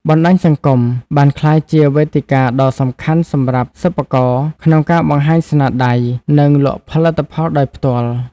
បណ្ដាញសង្គម បានក្លាយជាវេទិកាដ៏សំខាន់សម្រាប់សិប្បករក្នុងការបង្ហាញស្នាដៃ និងលក់ផលិតផលដោយផ្ទាល់។